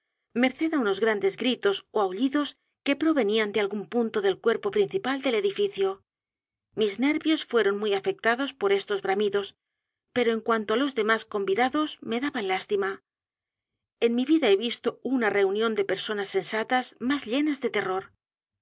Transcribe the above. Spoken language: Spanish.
á unos grandes gritos ó aullidos que provenían de algún punto del cuerpo principal del edificio mis nervios fueron muy afectados por estos bramidos pero en cuanto á los demás convidados me daban lástima en mi vida he visto una reunión de personas sensatas más llenas de terror